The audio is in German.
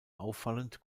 auffallend